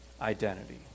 identity